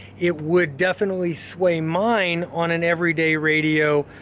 it would definitely sway mine on an everyday radio,